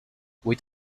with